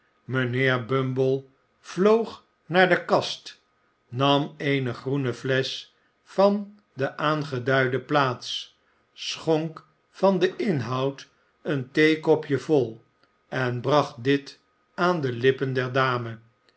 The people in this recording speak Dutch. mijnheer bumble vloog naar de kast nam eene groene flesch van de aangeduide plaats schonk van den inhoud een theekopje vol en bracht dit aan de lippen der dame